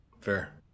Fair